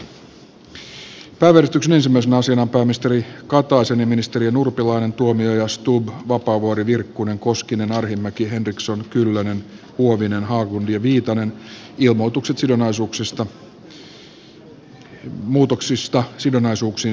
esitellään pääministeri jyrki kataisen ja ministerien jutta urpilainen erkki tuomioja alexander stubb jan vapaavuori henna virkkunen jari koskinen paavo arhinmäki anna maja henriksson merja kyllönen susanna huovinen carl haglund ja pia viitanen ilmoitukset muutoksista sidonnaisuuksiinsa